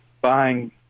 buying